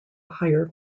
higher